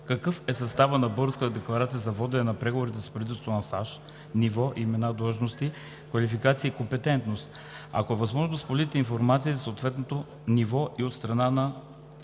какъв е съставът на българската делегация за водене на преговорите с правителството на САЩ – ниво, имена, длъжности, квалификация и компетентност? Ако е възможно, да споделите информация за съответното ниво и от страна на